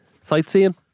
Sightseeing